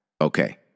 Okay